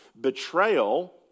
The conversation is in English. betrayal